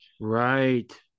Right